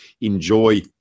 enjoy